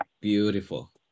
Beautiful